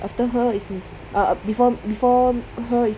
after her is me uh before before her is me